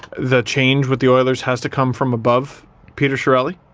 the change with the oilers has to come from above peter chiarelli.